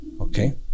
okay